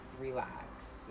relax